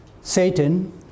Satan